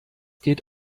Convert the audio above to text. geht